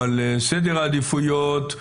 אבל סדר העדיפויות,